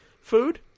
food